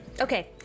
Okay